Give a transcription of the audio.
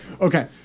Okay